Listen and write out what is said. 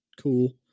cool